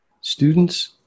students